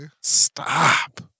Stop